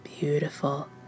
Beautiful